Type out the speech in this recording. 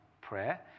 prayer